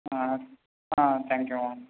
ah ah thank you ma'am